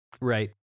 Right